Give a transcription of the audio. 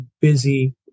busy